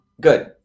good